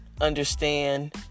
understand